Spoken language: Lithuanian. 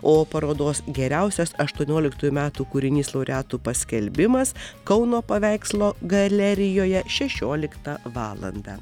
o parodos geriausias aštuonioliktųjų metų kūrinys laureatų paskelbimas kauno paveikslo galerijoje šešioliktą valandą